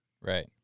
Right